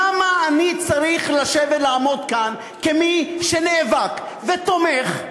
למה אני צריך לעמוד כאן, כמי שנאבק ותומך?